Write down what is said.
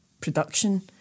production